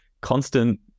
constant